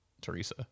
Teresa